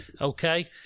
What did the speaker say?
okay